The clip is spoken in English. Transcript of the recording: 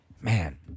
man